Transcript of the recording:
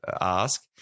ask